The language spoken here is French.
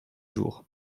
jour